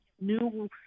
new